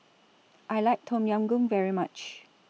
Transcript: I like Tom Yam Goong very much